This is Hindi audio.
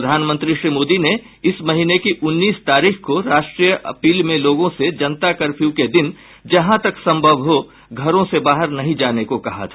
प्रधानमंत्री श्री मोदी ने इस महीने की उन्नीस तारीख को राष्ट्रीय अपील में लोगों से जनता कर्फ्यू के दिन जहां तक संभव हो घरों से बाहर नहीं जाने को कहा था